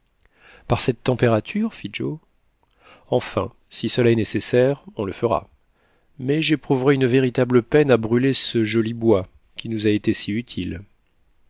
par cette température fit joe enfin si cela est nécessaire on le fera mais j'éprouverai une véritable peine à brûler ce joli bois qui nous a été si utile